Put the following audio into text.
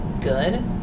good